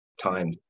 time